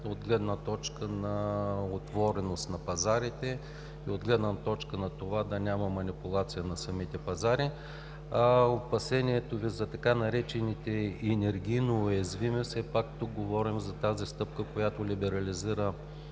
от гледна точка на отвореност на пазарите и от гледна точка на това да няма манипулация на самите пазари. Опасението Ви за така наречените енергийно уязвими – все пак тук говорим за тази стъпка, която либерализира